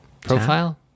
profile